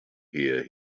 here